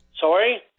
Sorry